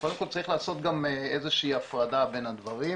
קודם כל צריך לעשות איזו שהיא הפרדה בין הדברים.